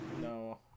No